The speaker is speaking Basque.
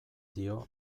dio